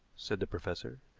said the professor.